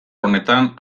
honetan